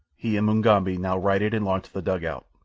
he and mugambi now righted and launched the dugout,